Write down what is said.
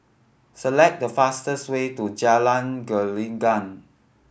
select the fastest way to Jalan Gelenggang